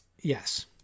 Yes